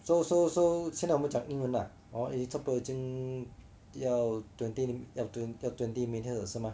so so so 现在我们讲英文啊 oh eh 差不多已经要 twenty 要 twenty minute 也是吗